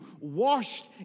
washed